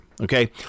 okay